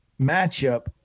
matchup